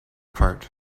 part